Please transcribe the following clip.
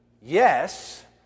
yes